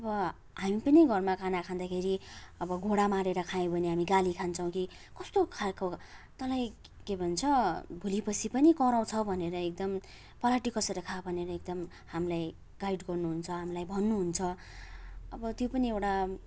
अब हामी पनि घरमा खाना खाँदाखेरि अब घुँडा मारेर खायौँ भने हामी गाली खान्छौँ कि कस्तो खालको तँलाई के भन्छ भोलिपर्सि पनि कराउँछ भनेर एकदम पलेँटी कसेर खा भनेर एकदम हामीलाई गाइड गर्नुहुन्छ हामीलाई भन्नुहुन्छ अब त्यो पनि एउटा